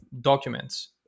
documents